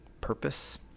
purpose